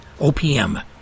OPM